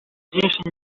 byinshi